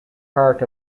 part